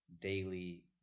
daily